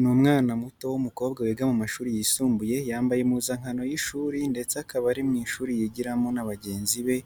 Ni umwana muto w'umukobwa wiga mu mashuri yisumbuye, yambaye impuzankano y'ishuri ndetse akaba ari mu ishuri yigiramo na bagenzi be,